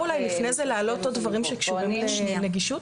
אולי לפני זה להעלות עוד דברים שקשורים לנגישות?